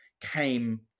came